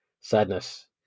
sadness